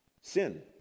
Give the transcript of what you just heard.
Sin